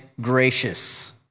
gracious